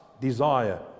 desire